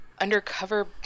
undercover